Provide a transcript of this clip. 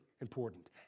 important